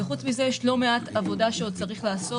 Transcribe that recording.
חוץ מזה יש לא מעט עבודה שעוד צריך לעשות,